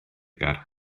gar